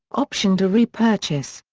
option to repurchase,